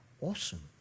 Awesome